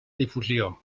difusió